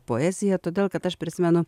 poeziją todėl kad aš prisimenu